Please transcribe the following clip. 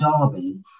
Derby